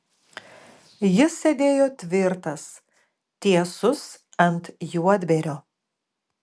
jis sėdėjo tvirtas tiesus ant juodbėrio